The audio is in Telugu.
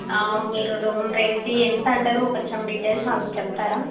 మీరు రూమ్ రెంట్ ఎంత అంటారు కొంచెం డీటెయిల్స్ అవి చెప్తారా